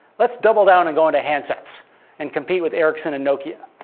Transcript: let's double down and go into handsets and compete with ericsson and nokia